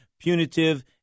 punitive